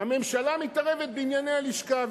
הממשלה מתערבת בענייני הלשכה?